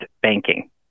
Banking